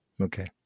Okay